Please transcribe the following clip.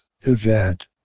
event